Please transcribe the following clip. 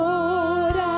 Lord